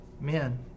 men